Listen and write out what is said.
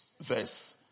verse